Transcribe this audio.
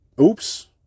oops